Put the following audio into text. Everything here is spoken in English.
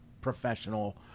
professional